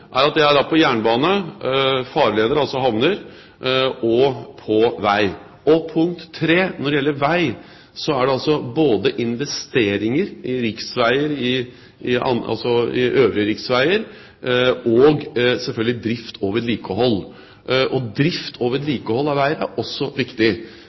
er om jernbane, farleder – altså havner – og vei. Og punkt 3: Når det gjelder vei, er det altså både investeringer i riksveier – øvrige riksveier – og selvfølgelig drift og vedlikehold. Drift og vedlikehold av veier er også viktig.